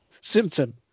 Symptom